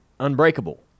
unbreakable